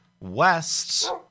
west